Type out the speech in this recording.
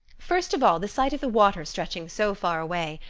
first of all, the sight of the water stretching so far away,